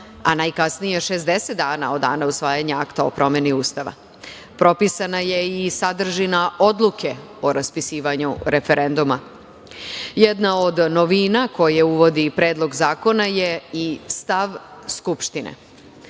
a najkasnije 60 dana od dana usvajanja akta o promeni Ustava. Propisana je i sadržina odluke o raspisivanje referenduma. Jedna od novina koje uvodi Predlog zakona je i stav Skupštine